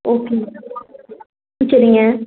okay ma'am ம் சரிங்க